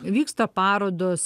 vyksta parodos